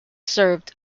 served